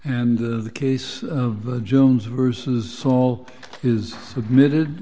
and the case of jones versus saul is submitted